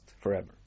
Forever